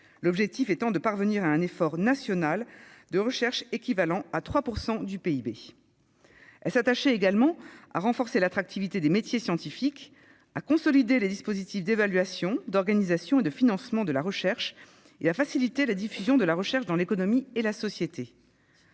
l'objectif étant de parvenir à un effort national de recherche équivalent à 3 % du PIB. Cette loi prévoyait également de renforcer l'attractivité des métiers scientifiques, de consolider les dispositifs d'évaluation, d'organisation et de financement de la recherche et de faciliter la diffusion de la recherche dans l'économie et la société.